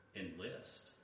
enlist